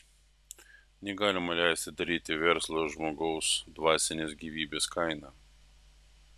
negalima leisti daryti verslo žmogaus dvasinės gyvybės kaina